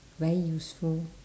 very useful